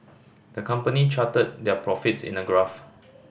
the company charted their profits in a graph